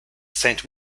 saint